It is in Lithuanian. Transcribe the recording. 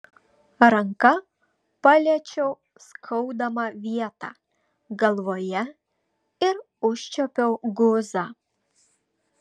ranka paliečiau skaudamą vietą galvoje ir užčiuopiau guzą